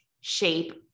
shape